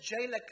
jailer